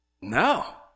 no